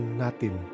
natin